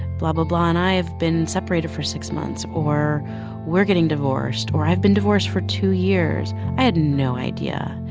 blah, blah, blah, and i have been separated for six months or we're getting divorced or i've been divorced for two years i had no idea.